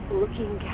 looking